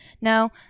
Now